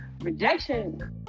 rejection